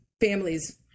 families